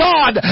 God